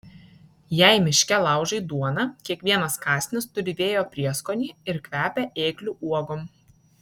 jei miške laužai duoną kiekvienas kąsnis turi vėjo prieskonį ir kvepia ėglių uogom